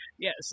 Yes